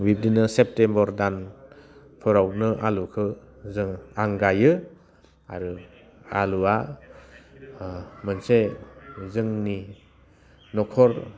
बिदिनो सेप्तेम्बर दान फोरावनो आलुखौ जोङो आं गाइयो आरो आलुवा मोनसे जोंनि न'खर